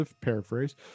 paraphrase